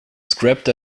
scrapped